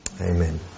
Amen